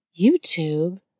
YouTube